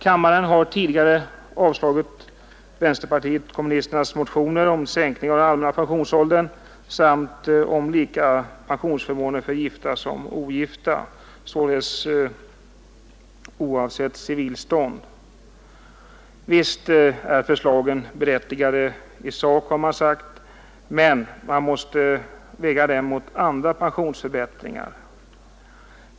Kammaren har tidigare avslagit vänsterpartiet kommunisternas motioner om sänkning av den allmänna pensionsåldern samt om lika pensionsförmåner för gifta som för ogifta, således oavsett civilstånd. Visst är förslagen berättigade i sak, har man sagt, men man måste väga dem mot andra pensionsförbättringar.